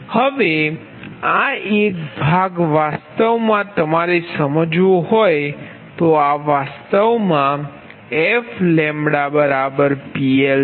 હવે આ એક આ ભાગ વાસ્તવમાં તમારે સમજવો હોય તો આ વાસ્તવમાં fPL છે